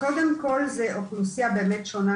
קודם כל זו אוכלוסיה באמת שונה,